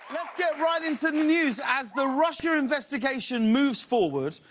let's get right into the news. as the russia investigation moves forward,